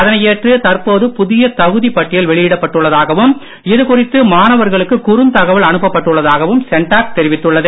அதனை ஏற்று தற்போது புதிய தகுதி பட்டியல் வெளியிடப்பட்டுள்ளதாகவும் இதுகுறித்து மாணவர்களுக்கு குறுந்தகவல் அனுப்பப் பட்டுள்ளதாகவும் சென்டாக் தெரிவித்துள்ளது